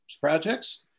projects